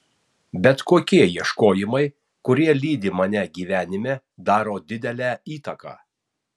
bet kokie ieškojimai kurie lydi mane gyvenime daro didelę įtaką